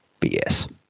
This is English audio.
BS